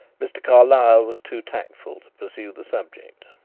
mr. carlyle was too tactful to pursue the subject.